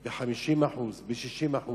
של 50%, של 60%,